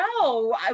no